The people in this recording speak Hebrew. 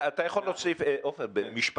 אתה יכול להוסיף במשפט,